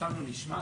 אותם לא נשמע?